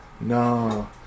no